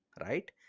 right